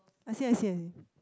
I see I see I see